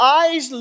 eyes